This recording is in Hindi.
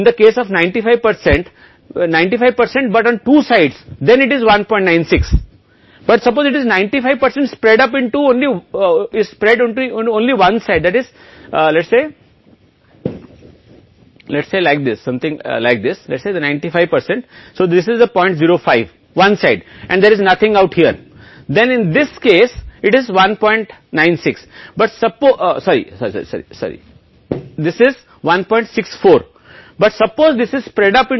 तो इस त्रुटि को टाइप 1 त्रुटि कहा जाता है या α मैं आपको सही दिखाऊंगा इसे स्तर भी कहा जाता है जब यह अस्वीकार नहीं किया जाना चाहिए तो यह एक गंभीर बात है स्पष्ट रूप से त्रुटि का प्रकार और यदि आप यहाँ से समझ सकते हैं तो इसे कई बार कहा जाता है निर्माता समस्या क्योंकि लगता है कि एक कंपनी ने कुछ टेबल का उत्पादन किया है या अब अगर आप कार बना रहे हैं